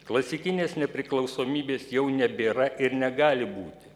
klasikinės nepriklausomybės jau nebėra ir negali būti